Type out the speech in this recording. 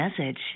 message